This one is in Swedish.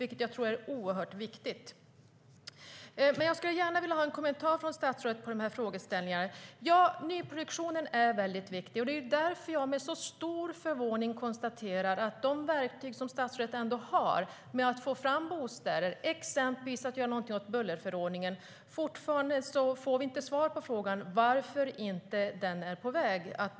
Det tror jag är oerhört viktigt, och jag skulle gärna vilja ha en kommentar från statsrådet angående de här frågeställningarna. Nyproduktion är något som är väldigt viktigt, och därför konstaterar jag med stor förvåning att vi fortfarande inte får svar på frågan om ett av de verktyg som statsrådet har för att få fram bostäder - att göra någonting åt bullerförordningen. Varför är ett beslut inte på väg?